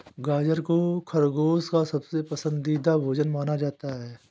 गाजर को खरगोश का सबसे पसन्दीदा भोजन माना जाता है